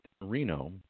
Reno